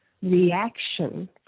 reaction